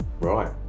Right